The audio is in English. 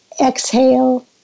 exhale